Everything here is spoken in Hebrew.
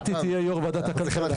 מטי תהיה יו"ר ועדת הכלכלה.